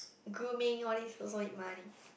grooming all these also need money